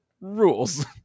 rules